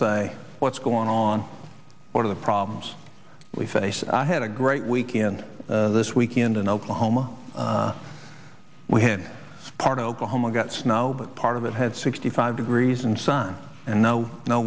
say what's going on one of the problems we face i had a great weekend this weekend in oklahoma we had part of oklahoma got snow but part of it had sixty five degrees and sun and no